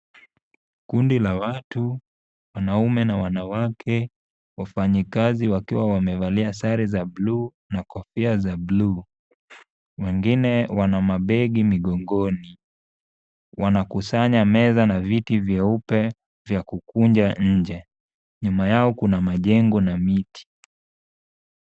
Kundi la watu wanaume na wanawake wafanyikazi wakiwa wamevalia zare za bluu na kofia za bluu. Wengine wana mabegi migongoni wanakusanya meza na viti vyeupe vya kukunja nje. Nyuma yao kuna majengo na miti.